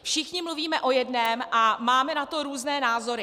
Všichni mluvíme o jednom a máme na to různé názory.